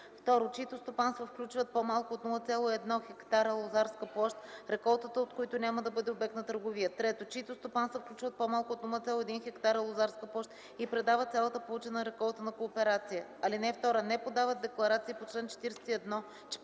2. чиито стопанства включват по-малко от 0,1 хектара лозарска площ, реколтата от които няма да бъде обект на търговия; 3. чиито стопанства включват по-малко от 0,1 хектара лозарска площ и предават цялата получена реколта на кооперация. (2) Не подават декларации по чл. 43,